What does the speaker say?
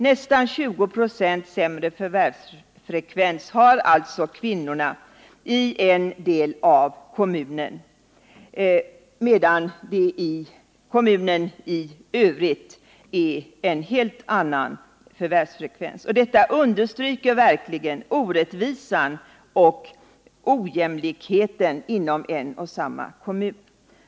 Kvinnorna i en del av kommunen har alltså nästan 20 procentenheter lägre förvärvsfrekvens än vad som gäller för kommunen i dess helhet. Detta understryker verkligen orättvisan och ojämlikheten inom en och samma kommun.